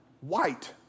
white